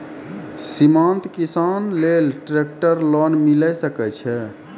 सीमांत किसान लेल ट्रेक्टर लोन मिलै सकय छै?